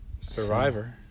Survivor